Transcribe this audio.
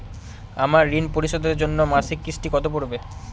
আমার ঋণ পরিশোধের জন্য মাসিক কিস্তি কত পড়বে?